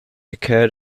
occurred